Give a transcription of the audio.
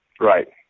Right